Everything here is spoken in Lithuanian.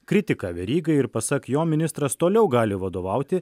kritiką verygai ir pasak jo ministras toliau gali vadovauti